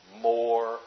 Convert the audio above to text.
more